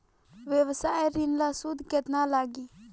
व्यवसाय ऋण ला सूद केतना लागी?